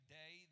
day